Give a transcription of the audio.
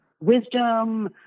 wisdom